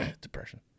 Depression